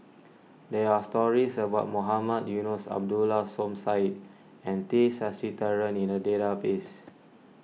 there are stories about Mohamed Eunos Abdullah Som Said and T Sasitharan in the database